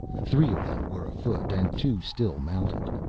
three of them were afoot and two still mounted.